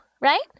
right